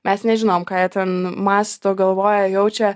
mes nežinom ką jie ten mąsto galvoja jaučia